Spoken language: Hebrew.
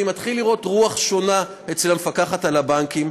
אני מתחיל לראות רוח שונה אצל המפקחת על הבנקים.